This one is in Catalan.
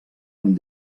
amb